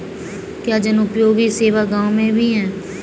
क्या जनोपयोगी सेवा गाँव में भी है?